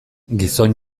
gizon